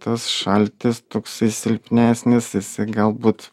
tas šaltis toksai silpnesnis jisai galbūt